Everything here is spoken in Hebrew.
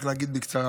רק להגיד בקצרה,